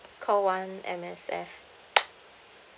call one M_S_F